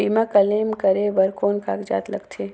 बीमा क्लेम करे बर कौन कागजात लगथे?